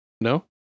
No